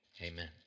Amen